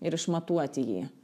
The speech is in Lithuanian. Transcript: ir išmatuoti jį